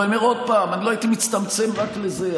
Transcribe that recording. אני אומר עוד פעם, אני לא הייתי מצטמצם רק לזה.